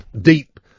deep